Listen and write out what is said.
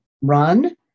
run